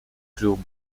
crew